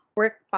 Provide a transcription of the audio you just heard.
work